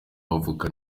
bavuga